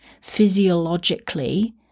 physiologically